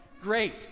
Great